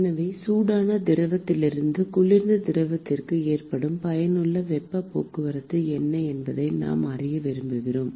எனவே சூடான திரவத்திலிருந்து குளிர்ந்த திரவத்திற்கு ஏற்படும் பயனுள்ள வெப்பப் போக்குவரத்து என்ன என்பதை நான் அறிய விரும்புகிறேன்